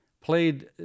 played